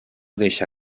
deixa